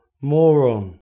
Moron